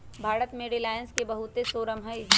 भारत में रिलाएंस के बहुते शोरूम हई